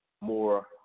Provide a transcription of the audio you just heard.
more